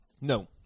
No